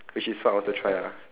which is what I want to try lah